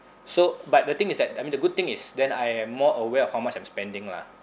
so but the thing is that I mean the good thing is then I am more aware of how much I'm spending lah